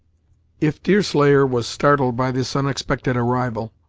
if deerslayer was startled by this unexpected arrival,